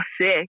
sick